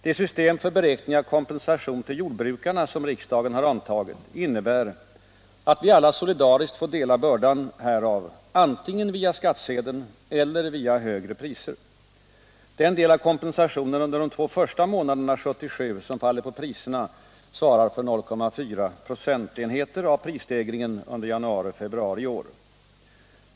Det system för beräkning av kompensation till jordbrukarna som riksdagen har antagit innebär att vi alla solidariskt får dela bördan härav antingen via skattsedeln eller via högre priser. Den del av kompensationen under de två första månaderna 1977 som faller på priserna svarar för 0,4 procentenheter av prisstegringen under januari och februari i år.